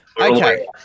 Okay